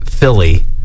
Philly